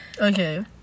okay